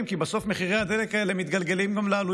כי בסוף מחירי הדלק האלה מתגלגלים גם לעלויות